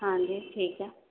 ہاں جی ٹھیک ہے